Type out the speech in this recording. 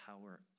power